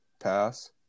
pass